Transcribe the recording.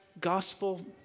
gospel